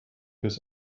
his